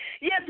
Yes